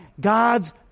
God's